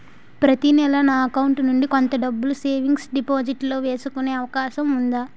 ప్రతి నెల నా అకౌంట్ నుండి కొంత డబ్బులు సేవింగ్స్ డెపోసిట్ లో వేసుకునే అవకాశం ఉందా?